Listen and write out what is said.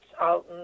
out